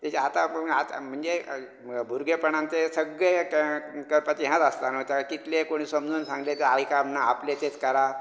हें आतां आतां म्हणजे भुरगेपणांत तें सगळें करपाची ती हें आसता न्हू तेंवा कितलें तें समजून सांगलें तें आयकाप ना आपलें तेंच कराप